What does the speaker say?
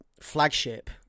flagship